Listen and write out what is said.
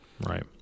right